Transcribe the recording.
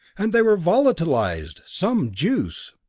and they were volatilized! some juice!